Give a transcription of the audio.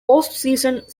postseason